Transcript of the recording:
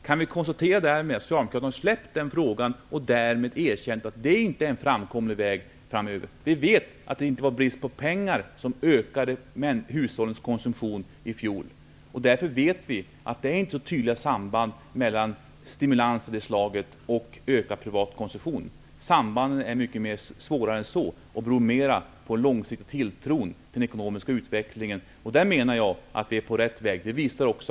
Kan vi då konstatera att socialdemokraterna har släppt den frågan och därmed erkänt att det inte är en framkomlig väg framöver? Vi vet att det inte var brist på pengar som ökade hushållens konsumtion i fjol. Därför vet vi att det inte finns så tydliga samband mellan stimulans av det slaget och ökad privat konsumtion. Sambanden är svårare än så och beror mera på den långsiktiga tilltron till den ekonomiska utvecklingen. Jag menar att vi är på rätt väg.